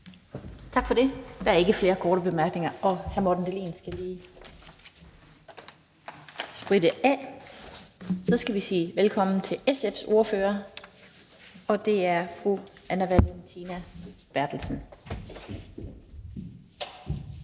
Tak for det. Der er ikke flere korte bemærkninger. Hr. Morten Dahlin skal lige spritte af, og så kan vi sige velkommen til SF's ordfører, og det er fru Anne Valentina Berthelsen.